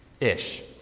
Ish